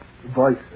voice